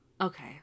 Okay